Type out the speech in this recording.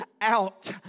out